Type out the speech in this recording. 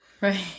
Right